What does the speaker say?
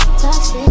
toxic